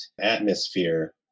atmosphere